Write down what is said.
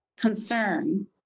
concern